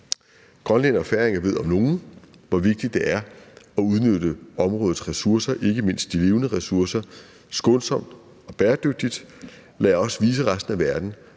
Grønlændere og færinger ved om nogen, hvor vigtigt det er at udnytte områdets ressourcer, ikke mindst de levende ressourcer, skånsomt og bæredygtigt. Lad os vise resten af verden,